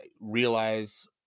realize